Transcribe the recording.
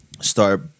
start